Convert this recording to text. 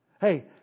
Hey